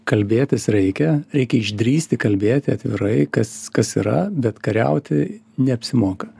kalbėtis reikia reikia išdrįsti kalbėti atvirai kas kas yra bet kariauti neapsimoka